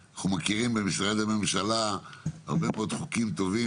אנחנו מכירים במשרדי הממשלה הרבה מאוד חוקים טובים